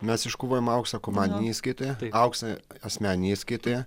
mes iškovojom auksą komandinėje įskaitoje auksą asmeninėje įskaitoje